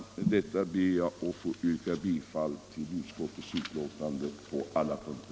Med detta ber jag att få yrka bifall till utskottets betänkande på alla punkter.